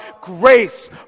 grace